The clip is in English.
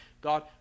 God